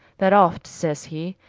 that oft, sayes he,